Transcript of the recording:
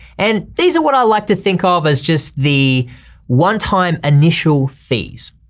and these are what i like to think of as just the one time initial fees.